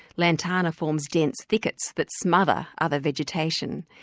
lantana forms dense thickets that smother other vegetation.